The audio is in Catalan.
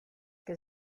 que